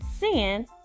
Sin